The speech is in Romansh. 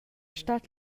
stat